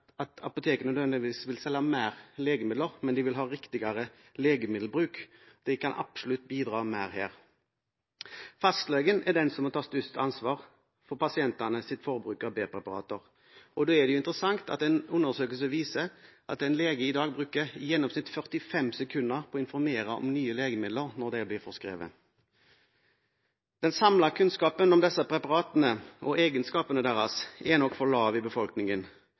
at apotekene nødvendigvis vil selge mer legemidler, men de vil ha riktigere legemiddelbruk. De kan absolutt bidra mer her. Men fastlegen er den som må ta størst ansvar for pasientenes forbruk av B-preparater, og det er interessant at en undersøkelse viser at en lege i dag bruker i gjennomsnitt 45 sekunder på å informere om nye legemidler når de blir forskrevet. Den samlede kunnskapen om disse preparatene og egenskapene deres er nok for lav i befolkningen,